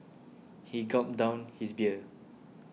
he gulped down his beer